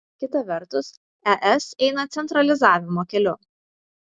kita vertus es eina centralizavimo keliu